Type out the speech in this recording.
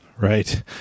Right